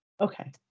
Okay